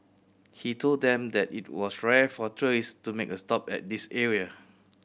he told them that it was rare for tourist to make a stop at this area